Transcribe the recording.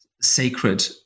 sacred